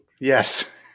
Yes